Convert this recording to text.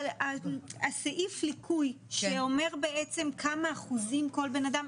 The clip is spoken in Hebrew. הסעיף ליקוי שאומר בעצם כמה אחוזים כל בנאדם